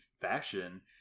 fashion